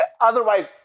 Otherwise